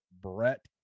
Brett